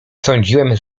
sądziłem